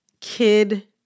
Kid